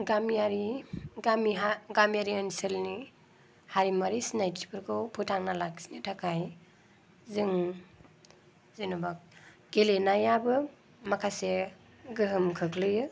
गामियारि गामि हा गामियारि ओनसोलनि हारिमुआरि सिनायथिफोरखौ फोथांना लाखिनो थाखाय जों जेनबा गेलेनायाबो माखासे गोहोम खोख्लैयो